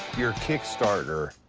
your kick starter,